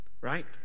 Right